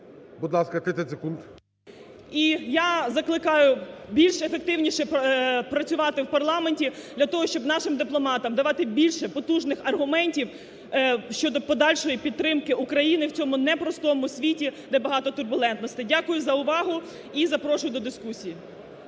Будь ласка, 30 секунд. ГОПКО Г.М. І я закликаю більш ефективніше працювати в парламенті для того, щоб нашим дипломатам давати більше потужних аргументів щодо подальшої підтримки України в цьому непростому світі, де багато турбулентностей. Дякую за увагу. І запрошую до дискусії.